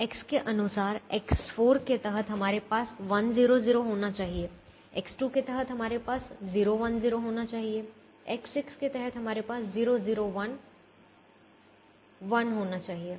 तो X के अनुसार X4 के तहत हमारे पास 1 0 0 होना चाहिए X2 के तहत हमारे पास 0 1 0 होना चाहिए X6 के तहत हमारे पास 0 0 1 1 होना चाहिए